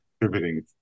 contributing